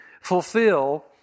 fulfill